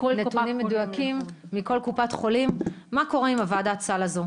נתונים מדויקים מכל קופת חולים - מה קורה עם ועדת הסל הזו.